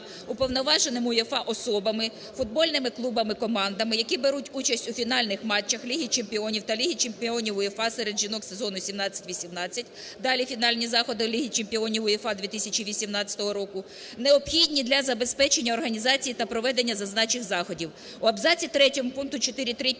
уповноваженими УЄФА особами, футбольними клубами командами, які беруть участь у фінальних матчах Ліги чемпіонів та Ліги чемпіонів УЄФА серед жінок сезону 2017-2018 (далі - фінальні заходи Ліги чемпіонів УЄФА 2018 року), необхідні для забезпечення організації та проведення зазначених заходів". У абзаці третьому пункту 4.3,